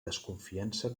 desconfiança